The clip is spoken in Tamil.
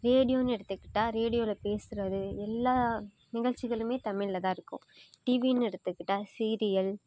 ரேடியோன்னு எடுத்துகிட்டால் ரேடியோவில் பேசுவது எல்லா நிகழ்ச்சிகளுமே தமிழில்தான் இருக்கும் டிவின்னு எடுத்துகிட்டால் செய்திகள்